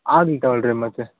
ಆಗಲಿ ತಗೊಳಿ ರೀ ಮತ್ತೆ